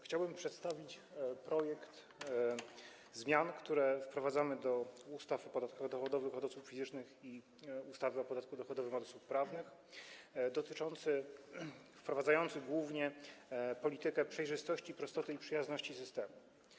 Chciałbym przedstawić projekt zmian, które wprowadzamy do ustawy o podatku dochodowym od osób fizycznych i ustawy o podatku dochodowym od osób prawnych, dotyczących głównie polityki przejrzystości, prostoty i przyjazności systemu.